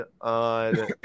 on